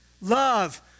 Love